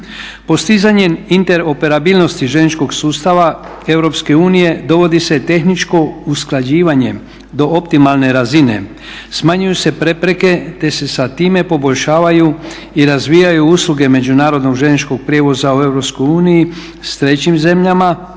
Postizanjem interoperabilnosti željezničkog sustava EU dovodi se tehničko usklađivanje do optimalne razine, smanjuju se prepreke te se sa time poboljšavaju i razvijaju usluge međunarodnog željezničkog prijevoza u EU s trećim zemljama,